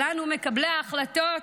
לנו, מקבלי ההחלטות,